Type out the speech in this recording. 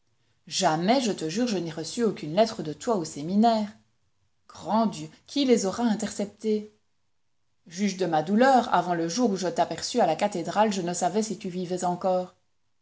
jamais je te jure je n'ai reçu aucune lettre de toi au séminaire grand dieu qui les aura interceptées juge de ma douleur avant le jour où je t'aperçut à la cathédrale je ne savais si tu vivais encore